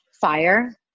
fire